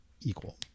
equal